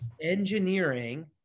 engineering